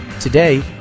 Today